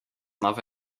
love